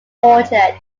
orchard